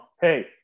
Hey